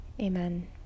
Amen